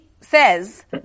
says